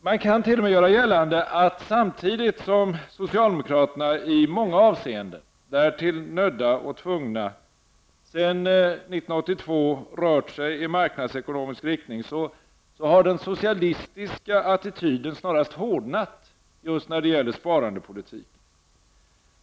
Man kan t.o.m. göra gällande att samtidigt som socialdemokraterna i många avseenden -- därtill nödda och tvungna -- sedan 1982 rört sig i marknadsekonomisk riktning, har den socialistiska attityden snarast hårdnat just när det gäller sparandepolitiken.